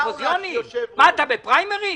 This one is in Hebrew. רוב הכסף פה לא קשור לתוכנית המפורטת כמו שאמרנו קודם,